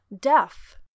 deaf